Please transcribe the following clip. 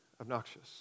obnoxious